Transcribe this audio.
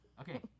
Okay